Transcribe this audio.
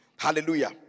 Hallelujah